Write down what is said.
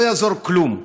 לא יעזור כלום,